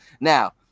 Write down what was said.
Now